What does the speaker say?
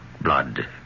blood